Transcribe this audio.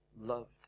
Loved